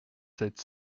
sept